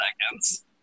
seconds